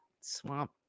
swamp